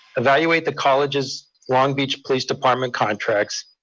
evaluate the college's long beach police department contracts,